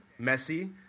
Messi